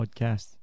Podcast